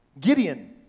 Gideon